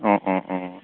অঁ অঁ অঁ অঁ